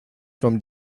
from